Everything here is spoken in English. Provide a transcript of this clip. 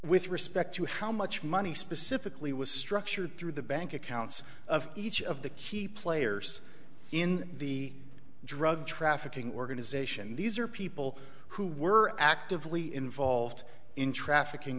with respect to how much money specifically was structured through the bank accounts of each of the key players in the drug trafficking organization these are people who were actively involved in trafficking